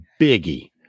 biggie